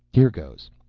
here goes.